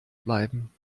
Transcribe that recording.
bleiben